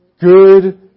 good